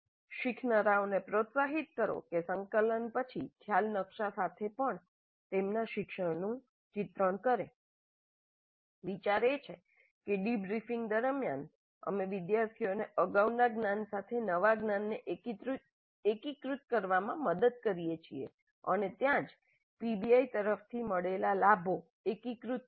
શીખનારાઓને પ્રોત્સાહિત કરો કે સંકલન પછી ખ્યાલ નકશા સાથે પણ તેમના શિક્ષણનું ચિત્રણ કરે વિચાર એ છે કે ડિબ્રીફિંગ દરમિયાન અમે વિદ્યાર્થીઓને અગાઉના જ્ઞાન સાથે નવાજ્ઞાનને એકીકૃત કરવામાં મદદ કરીએ છીએ અને ત્યાં જ પીબીઆઈ તરફથી મળેલા લાભો એકીકૃત થાય છે